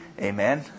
Amen